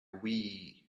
wii